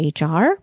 HR